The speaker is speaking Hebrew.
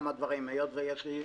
הקמעונאים.